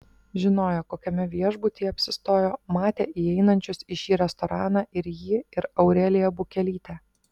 žinojo kokiame viešbutyje apsistojo matė įeinančius į šį restoraną ir jį ir aureliją bukelytę